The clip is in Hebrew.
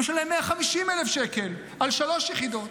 משלם 150,000 שקל על שלוש יחידות.